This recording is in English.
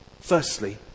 Firstly